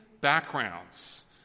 backgrounds